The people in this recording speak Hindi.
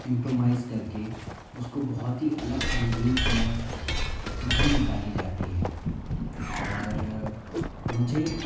इंप्रोमाइज़ करके उसको बहुत ही अलग संगीतमय धुन निकाली जाती है और मुझे